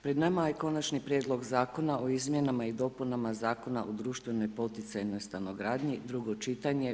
Pred nama je Konačni prijedlog Zakona o izmjenama i dopunama Zakona o društveno poticanoj stanogradnji, drugo čitanje.